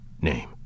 name